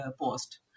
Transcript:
post